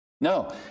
No